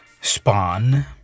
spawn